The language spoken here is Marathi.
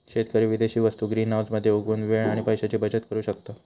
शेतकरी विदेशी वस्तु ग्रीनहाऊस मध्ये उगवुन वेळ आणि पैशाची बचत करु शकता